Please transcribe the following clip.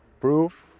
proof